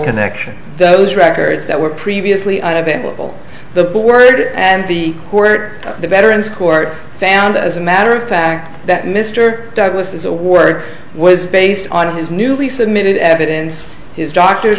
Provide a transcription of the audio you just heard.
connection those records that were previously unavailable the board and the court the veteran's court found as a matter of fact that mr douglas as a worker was based on his newly submitted evidence his doctor